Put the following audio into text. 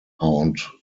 haunt